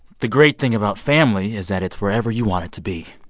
the great thing about family is that it's wherever you want it to be.